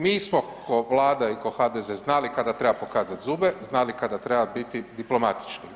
Mi smo ko Vlada i ko HDZ znali kada treba pokazati zube, znali kada treba biti diplomatični.